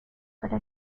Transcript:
para